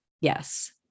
Yes